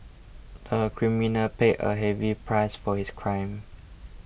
the criminal paid a heavy price for his crime